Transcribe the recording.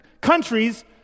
countries